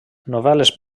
novel·les